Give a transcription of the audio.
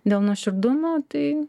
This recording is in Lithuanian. dėl nuoširdumo tai